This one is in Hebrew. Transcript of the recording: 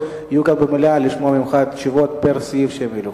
יהיו במליאה כדי לשמוע ממך תשובות פר סעיף שהם העלו.